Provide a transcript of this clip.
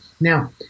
Now